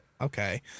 Okay